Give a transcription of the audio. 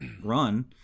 run